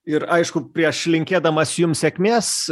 ir aišku prieš linkėdamas jums sėkmės